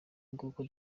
nguko